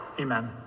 Amen